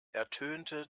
ertönte